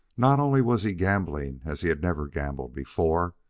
not only was he gambling as he had never gambled before,